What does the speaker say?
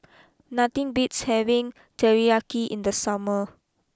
nothing beats having Teriyaki in the summer